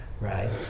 right